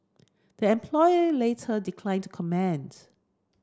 the employee later declined to comment